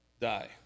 die